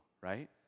right